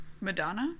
madonna